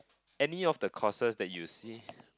any of the courses that you see